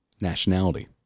Nationality